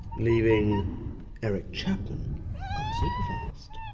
leaving eric chapman unsupervised?